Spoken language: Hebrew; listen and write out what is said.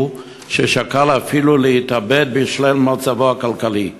ששקל אפילו להתאבד בשל מצבו הכלכלי.